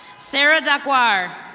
sarah dugwar.